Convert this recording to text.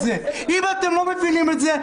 ואם אתם לא מבינים את זה,